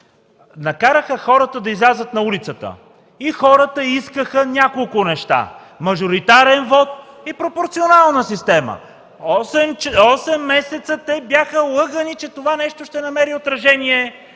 накараха хората да излязат на улицата. Хората искаха няколко неща – мажоритарен вот и пропорционална система. Осем месеца те бяха лъгани, че това нещо ще намери отражение